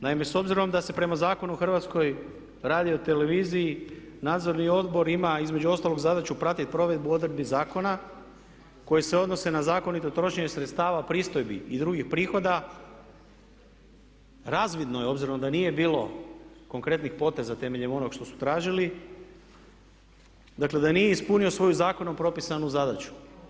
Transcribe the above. Naime, s obzirom da se prema Zakonu o HRT-u nadzorni odbor ima između ostalog zadaću pratiti provedbu odredbi zakona koji se odnose na zakonito trošenje sredstava pristojbe i drugih prihoda razvidno je, obzirom da nije bilo konkretnih poteza temeljem onog što su tražili, dakle da nije ispunio svoju zakonom propisanu zadaću.